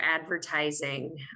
advertising